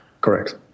Correct